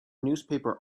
newspaper